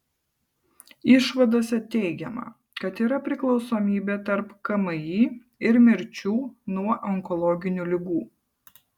išvadose teigiama kad yra priklausomybė tarp kmi ir mirčių nuo onkologinių ligų